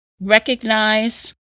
Recognize